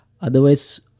otherwise